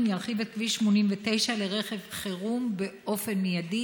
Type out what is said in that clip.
ירחיב את כביש 89 לרכב חירום באופן מיידי.